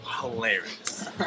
hilarious